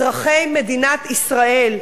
אזרחי מדינת ישראל,